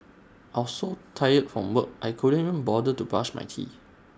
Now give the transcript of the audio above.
I was so tired from work I couldn't even bother to brush my teeth